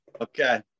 Okay